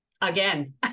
again